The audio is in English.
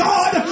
God